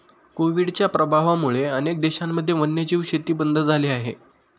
कोविडच्या प्रभावामुळे अनेक देशांमध्ये वन्यजीव शेती बंद झाली आहे